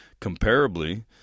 comparably